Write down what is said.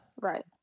Right